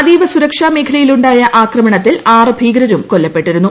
അതീവ സുരക്ഷാ മേഖലയിൽ ഉണ്ടാ്യ ആക്രമണത്തിൽ ആറ് ഭീകരരും കൊല്ലപ്പെട്ടിരുന്നു